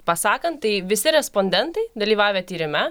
pasakant tai visi respondentai dalyvavę tyrime